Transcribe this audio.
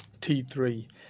T3